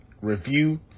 review